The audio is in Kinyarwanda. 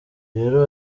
rero